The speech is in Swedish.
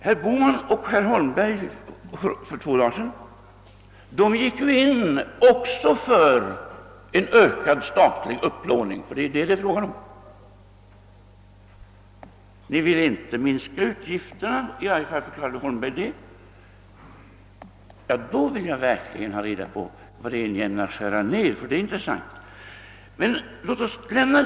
Herr Bohman — liksom herr Holmberg för två dagar sedan — gick också in för en ökad statlig upplåning, ty det är vad det är fråga om. De vill inte minska utgifterna; i varje fall förklarade herr Holmberg det. Om det inte skulle vara rätt uppfattat, så vill jag ha reda på vilka poster ni ämnar skära ner, ty det har sitt intresse att få veta.